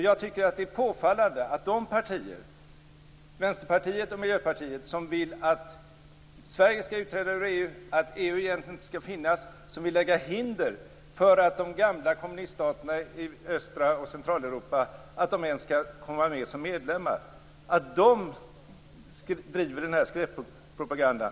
Jag tycker att det är påfallande att de partier, Vänsterpartiet och Miljöpartiet, som vill att Sverige skall utträda ur EU, att EU egentligen inte skall finnas och som vill lägga hinder för att de gamla kommuniststaterna i östra och centrala Europa ens skall komma med som medlemmar, driver den här skräckpropagandan.